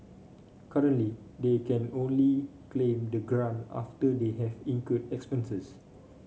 currently they can only claim the grant after they have incurred expenses